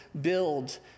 build